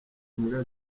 imbwa